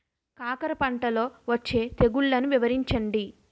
కాకర పంటలో వచ్చే తెగుళ్లను వివరించండి?